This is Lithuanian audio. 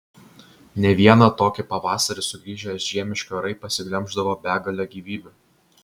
ne vieną tokį pavasarį sugrįžę žiemiški orai pasiglemždavo begalę gyvybių